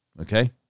Okay